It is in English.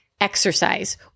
exercise